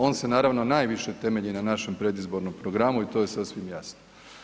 On se naravno najviše temelji na našem predizbornom programu i to je sasvim jasno.